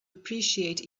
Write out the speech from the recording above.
appreciate